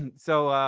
and so,